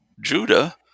judah